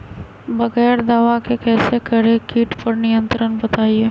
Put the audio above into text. बगैर दवा के कैसे करें कीट पर नियंत्रण बताइए?